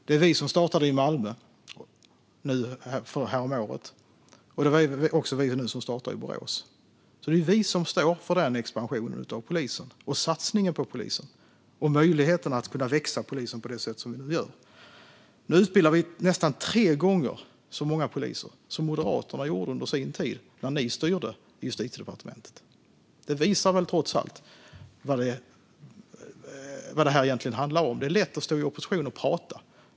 Det var vi som startade i Malmö häromåret, och det var vi som startade i Borås nu. Det är vi som står för expansionen av polisen, satsningen på polisen och möjligheten för polisen att växa på det sätt som nu sker. Nu utbildar vi nästan tre gånger så många poliser som ni i Moderaterna gjorde under er tid, när ni styrde Justitiedepartementet. Det visar väl trots allt vad det här egentligen handlar om. Det är lätt att stå i opposition och prata.